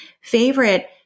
favorite